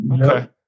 Okay